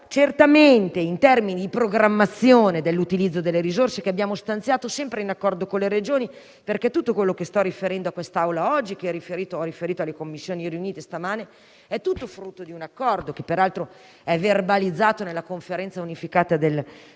Certamente, in termini di programmazione dell'utilizzo dei fondi, abbiamo stanziato risorse sempre in accordo con le Regioni: tutto quello che sto riferendo in quest'Aula oggi e che ho riferito alle Commissioni congiunte stamane, è frutto di un accordo, peraltro verbalizzato nella Conferenza unificata del 31 agosto.